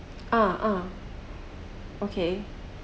ah okay